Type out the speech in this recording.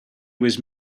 was